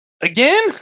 again